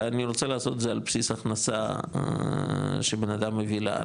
אלא אני רוצה לעשות את זה על בסיס הכנסה שבנאדם מביא לארץ,